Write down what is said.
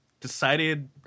decided